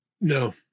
No